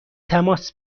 تماس